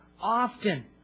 often